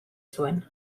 zuen